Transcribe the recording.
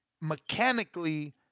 mechanically